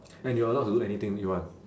and you're allowed to do anything you want